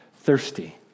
thirsty